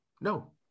no